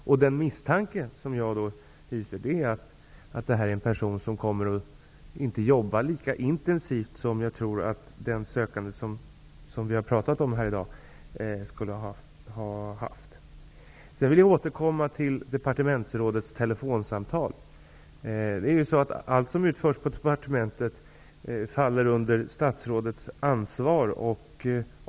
Jag misstänker att det här rör sig om en person som inte kommer att arbeta lika intensivt som jag tror att den sökande som vi här i dag talar om skulle ha gjort. Allt som utförs på ett departement faller under statsrådets ansvar.